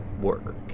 work